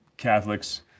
Catholics